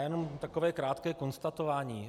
Jenom takové krátké konstatování.